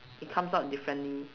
it comes out differently